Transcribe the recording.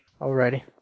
Alrighty